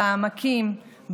בעמקים,